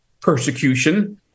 persecution